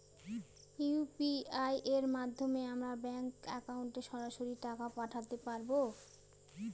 UPI এর মাধ্যমে আমরা ব্যাঙ্ক একাউন্টে সরাসরি টাকা পাঠাতে পারবো?